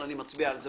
אצביע על זה